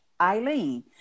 Eileen